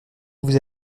vous